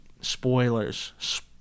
spoilers